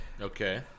Okay